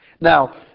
now